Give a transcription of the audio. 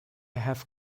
have